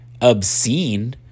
obscene